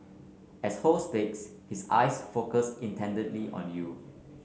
as Ho speaks his eyes focus intently on you